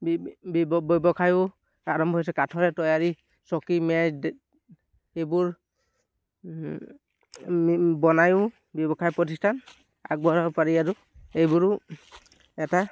ব্যৱসায়ো আৰম্ভ হৈছে কাঠেৰে তৈয়াৰী চকী মেজ এইবোৰ বনায়ো ব্যৱসায় প্ৰতিষ্ঠান আগবঢ়াব পাৰি আৰু এইবোৰো এটা